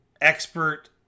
expert